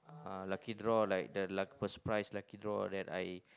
uh lucky draw like the first prize lucky draw that I